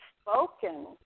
spoken